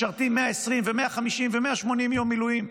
משרתים 120 ו-150 ו-180 יום מילואים.